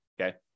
okay